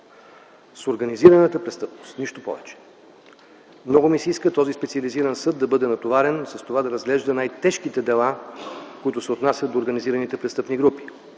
с организираната престъпност. Нищо повече. Много ми се иска този специализиран съд да бъде натоварен с това да разглежда най-тежките дела, които се отнасят до организираните престъпни групи,